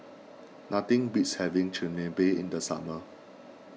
nothing beats having Chigenabe in the summer